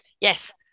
Yes